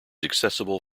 accessible